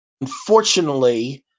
Unfortunately